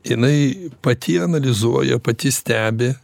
jinai pati analizuoja pati stebi